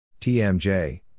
TMJ